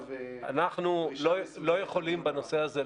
אנחנו לא יכולים בנושא הזה,